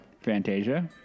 Fantasia